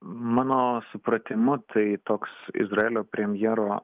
mano supratimu tai toks izraelio premjero